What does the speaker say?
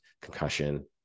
concussion